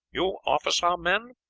you officer men?